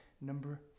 number